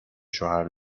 شوهر